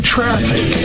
Traffic